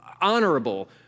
honorable